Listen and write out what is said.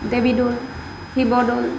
Devidol Sivadol